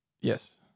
Yes